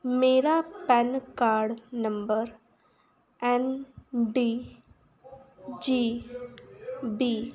ਮੇਰਾ PAN card number N D G B